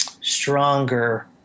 stronger